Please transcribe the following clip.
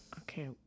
Okay